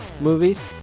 movies